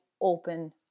open